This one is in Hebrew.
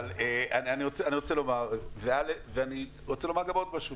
ואני רוצה לומר עוד משהו.